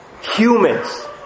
humans